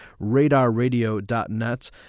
RadarRadio.net